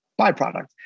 byproduct